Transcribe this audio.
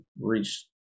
reach